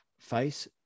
Face